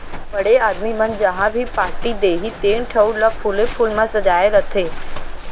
बड़े आदमी मन जहॉं भी पारटी देहीं तेन ठउर ल फूले फूल म सजाय रथें